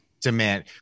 Demand